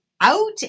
out